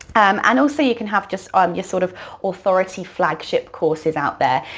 um and also you can have just um your sort of authority flagship courses out there.